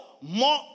more